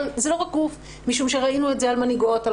אבל זה לא גוף משום שראינו את זה על מנהיגות על